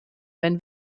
wenn